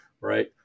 right